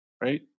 right